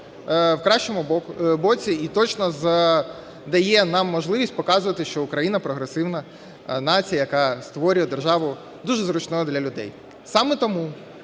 з кращого боку, і точно дає нам можливість показувати, що Україна прогресивна нація, яка створює державу дуже зручну для людей. Саме тому